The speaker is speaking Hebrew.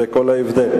זה כל ההבדל.